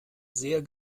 sehr